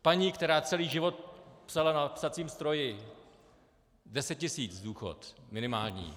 Paní, která celý život psala na psacím stroji, deset tisíc důchod, minimální.